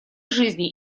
жизней